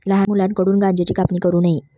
लहान मुलांकडून गांज्याची कापणी करू नये